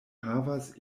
havas